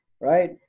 right